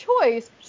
choice